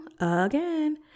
again